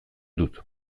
dut